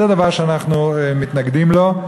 זה דבר שאנחנו מתנגדים לו.